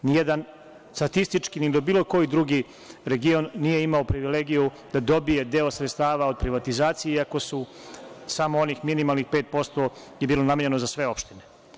Nijedan statistički ni bilo koji drugi region nije imao privilegiju, da dobije deo sredstava od privatizacije, iako su samo onih minimalnih 5 posto je bilo namenjeno za sve opštine.